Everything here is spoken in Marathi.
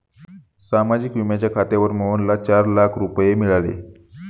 सामाजिक विम्याच्या खात्यावर मोहनला चार लाख रुपये मिळाले